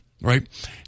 right